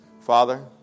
Father